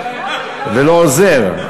ולא עוזר,